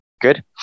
Good